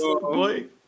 Boy